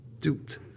duped